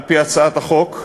על-פי הצעת החוק,